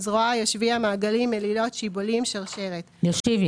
אבל חוות שקמים כתובה